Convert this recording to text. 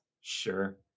Sure